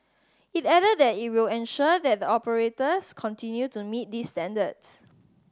it added that it will ensure that the operators continue to meet these standards